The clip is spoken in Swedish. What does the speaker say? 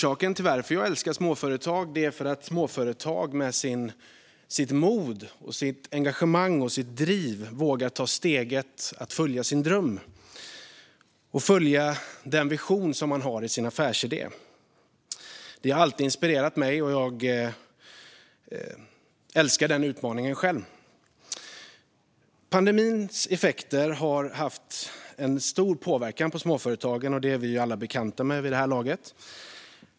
Anledningen är att småföretagare med sitt mod, engagemang och driv vågar ta steget att följa sin dröm och visionen om sin affärsidé. Det har alltid inspirerat mig, och jag älskar själv den utmaningen. Pandemins effekter har haft en stor påverkan på småföretagen, vilket vi alla är bekanta med vid det här laget.